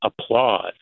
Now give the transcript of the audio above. applause